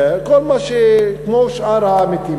כמו שאר העמיתים.